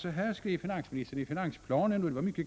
Så här skrev finansministern i finansplanen på s.